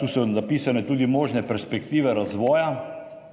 tu so napisane tudi možne perspektive razvoja,